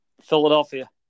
Philadelphia